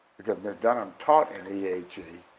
because miss dunham taught in ehe,